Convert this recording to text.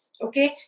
Okay